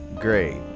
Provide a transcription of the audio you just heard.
Great